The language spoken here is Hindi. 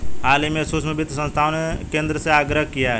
हाल ही में सूक्ष्म वित्त संस्थाओं ने केंद्र से आग्रह किया है